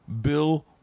bill